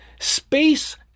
Space